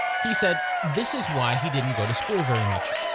he said this is why he didn't go to school very much.